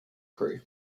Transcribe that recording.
crew